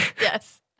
Yes